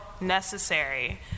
necessary